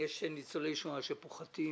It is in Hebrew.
מספר ניצולי השואה פוחת.